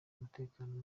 umutekano